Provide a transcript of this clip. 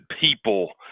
people